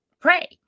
pray